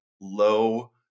low